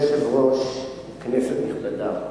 אדוני היושב-ראש, כנסת נכבדה,